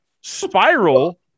Spiral